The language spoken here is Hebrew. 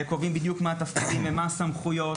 וקובעים בדיוק מה התפקידים ומה הסמכויות.